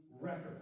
record